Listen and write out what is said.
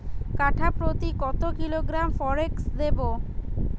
কাঠাপ্রতি কত কিলোগ্রাম ফরেক্স দেবো?